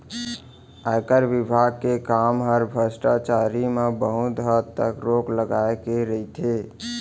आयकर विभाग के काम हर भस्टाचारी म बहुत हद तक रोक लगाए के रइथे